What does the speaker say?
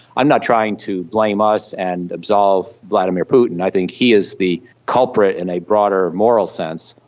i'm not trying to blame us and absolve vladimir putin, i think he is the culprit in a broader moral sense,